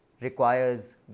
requires